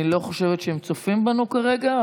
אני לא חושבת שהם צופים בנו כרגע,